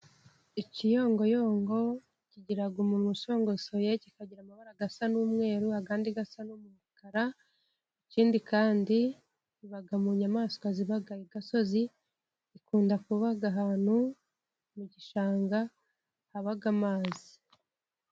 Ikiyongoyongo kigira umunwa usongosoye, kikagira amabara asa n'umweruru, ayandi asa n'umukara, ikindi kandi kiba mu nyamaswa ziba i Gasozi, ikunda kuba ahantu mu gishanga haba amazi.